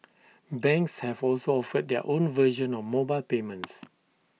banks have also offered their own version of mobile payments